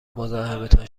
مزاحمتان